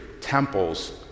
temples